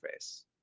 interface